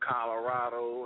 Colorado